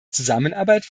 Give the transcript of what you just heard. zusammenarbeit